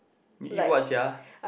you eat what sia